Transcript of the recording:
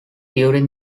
during